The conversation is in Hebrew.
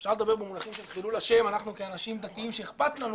אפשר לדבר במונחים של חילול השם אנחנו כאנשים דתיים שאכפת לנו